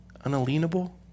Unalienable